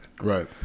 right